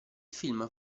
film